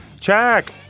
Check